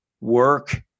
work